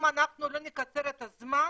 אם לא נקצר את הזמן